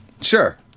Sure